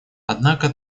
однако